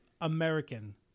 American